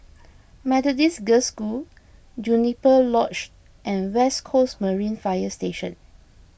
Methodist Girls' School Juniper Lodge and West Coast Marine Fire Station